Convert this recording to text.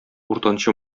уртанчы